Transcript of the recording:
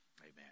Amen